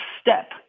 step